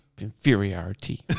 inferiority